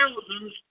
thousands